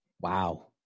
Wow